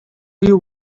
you